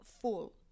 full